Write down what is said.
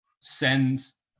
sends